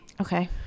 okay